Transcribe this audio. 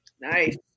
nice